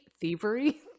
Thievery